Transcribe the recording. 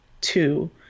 Two